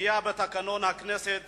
ופגיעה בתקנון הכנסת